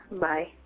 Bye